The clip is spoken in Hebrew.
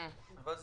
זה